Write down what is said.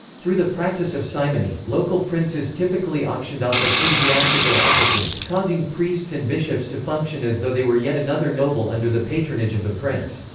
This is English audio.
through the practice of simony, local princes typically auctioned off ecclesiastical offices, causing priests and bishops to function as though they were yet another noble under the patronage of the prince.